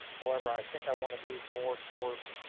however, i think i wanna move more towards